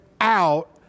out